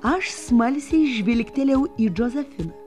aš smalsiai žvilgtelėjau į džozefin